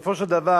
בסופו של דבר,